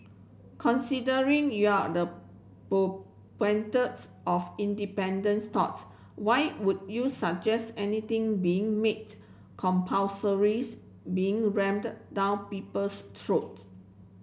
considering you're the of independents thought why would you suggest anything being made compulsory being rammed down people's throats